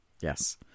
Yes